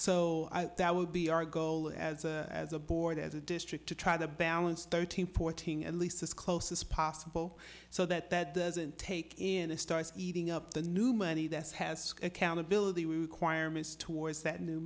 so that would be our goal as as a board as a district to try to balance thirteen fourteen at least close as possible so that that doesn't take in and starts eating up the new money that has accountability requirements towards that new